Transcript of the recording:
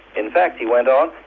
in fact, he went on,